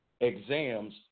exams